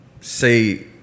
say